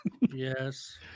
Yes